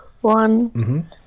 one